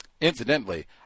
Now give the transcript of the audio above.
Incidentally